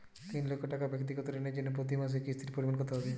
তিন লক্ষ টাকা ব্যাক্তিগত ঋণের জন্য প্রতি মাসে কিস্তির পরিমাণ কত হবে?